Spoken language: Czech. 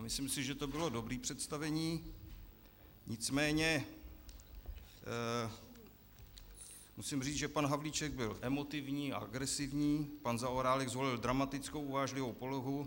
Myslím si, že to bylo dobré představení, nicméně musím říct, že pan Havlíček byl emotivní a agresivní, pan Zaorálek zvolil dramatickou uvážlivou polohu.